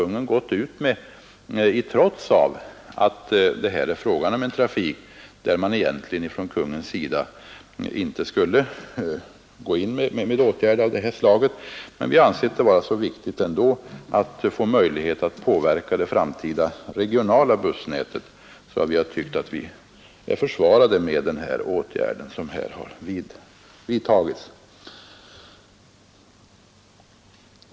Vi har ansett det så viktigt att få möjlighet att påverka det framtida regionala bussnätet att vi funnit dessa åtgärder försvarbara.